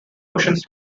oceans